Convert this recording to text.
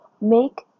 make